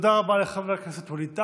תודה רבה לחבר הכנסת ווליד טאהא.